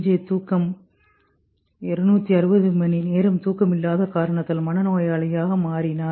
J தூக்கம் 260 மணிநேரம் தூக்கம் இல்லாத காரணத்தால் மனநோயாளியாக மாறினார்